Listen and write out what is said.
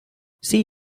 see